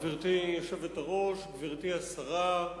גברתי היושבת-ראש, גברתי השרה,